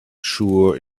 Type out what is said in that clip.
sure